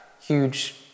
huge